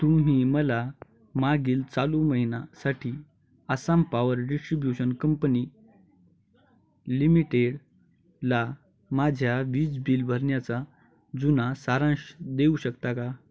तुम्ही मला मागील चालू महिना साठी आसाम पावर डिशिब्युशन कंपनी लिमिटेडला माझ्या वीज बिल भरण्याचा जुना सारांश देऊ शकता का